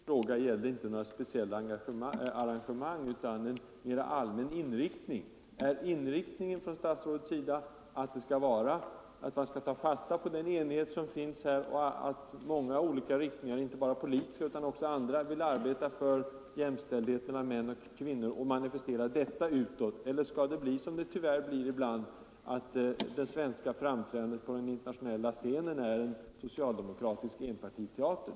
Herr talman! Min fråga gällde inte några speciella arrangemang utan en mera allmän deklaration. Är inriktningen från statsrådets sida att man utåt 21 skall manifestera den enighet som finns och som tar sig uttryck i att många olika grupper, inte bara politiska utan också andra, vill arbeta för jämställdhet mellan män och kvinnor eller skall det svenska framträdandet bli — som det tyvärr blir ibland — en socialdemokratisk enpartiteater?